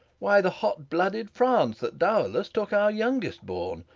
why, the hot-blooded france, that dowerless took our youngest born,